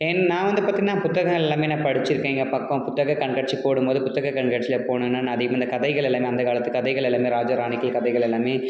என் நான் வந்து பார்த்தீங்கன்னா புத்தகங்கள் எல்லாமே நான் படிச்சுருக்கேன் எங்கே பக்கம் புத்தகக் கண்காட்சி போடும் போது புத்தகக் கண்காட்சியில் போனேன்னா நான் அதிகமா இந்த கதைகள் எல்லாமே அந்த காலத்துக் கதைகளெல்லாமே ராஜா ராணிக்கு கதைகள் எல்லாமே